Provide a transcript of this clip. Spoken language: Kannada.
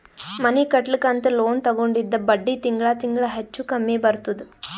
ಮನಿ ಕಟ್ಲಕ್ ಅಂತ್ ಲೋನ್ ತಗೊಂಡಿದ್ದ ಬಡ್ಡಿ ತಿಂಗಳಾ ತಿಂಗಳಾ ಹೆಚ್ಚು ಕಮ್ಮಿ ಬರ್ತುದ್